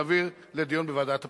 להעביר לדיון בוועדת הפנים.